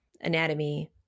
anatomy